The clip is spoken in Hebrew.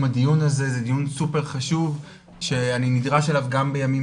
הדיון הזה דיון סופר חשוב שאני נדרש אליו גם בימים